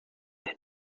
den